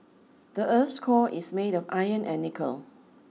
the earth core is made of iron and nickel